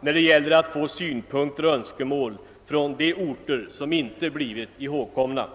när det gäller att få synpunkter och önskemål från de orter som inte blivit ihågkomna!